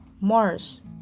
Mars